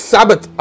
Sabbath